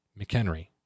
McHenry